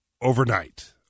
Overnight